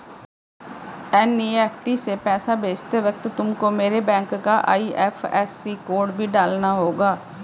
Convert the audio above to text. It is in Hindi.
एन.ई.एफ.टी से पैसा भेजते वक्त तुमको मेरे बैंक का आई.एफ.एस.सी कोड भी डालना होगा